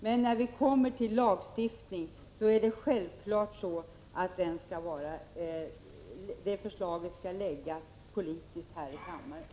Men när vi kommer till lagstiftning, är det självklart att förslaget skall läggas politiskt här i kammaren.